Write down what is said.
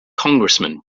congressman